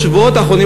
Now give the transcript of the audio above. בשבועות האחרונים,